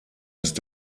ist